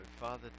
Father